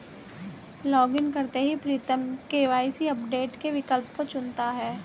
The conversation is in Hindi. लॉगइन करते ही प्रीतम के.वाई.सी अपडेट के विकल्प को चुनता है